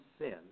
sin